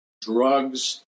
drugs